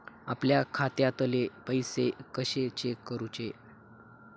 आपल्या खात्यातले पैसे कशे चेक करुचे?